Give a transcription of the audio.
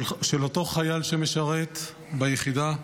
של אותו חייל שמשרת ביחידה,